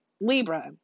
Libra